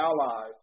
allies